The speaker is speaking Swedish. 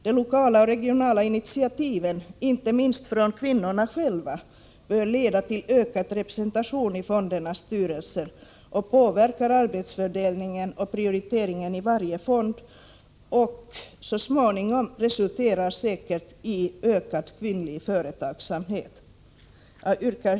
De lokala och regionala initiativen — inte minst från kvinnorna själva — bör leda till ökad representation i fondernas styrelser, påverka arbetsfördelningen och prioriteringen i varje fond och så småningom resultera i ökad kvinnlig företagsamhet.